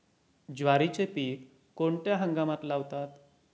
ज्वारीचे पीक कोणत्या हंगामात लावतात?